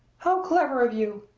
how clever of you!